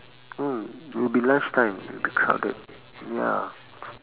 oh it will be lunch time it will be crowded ya